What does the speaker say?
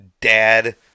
dad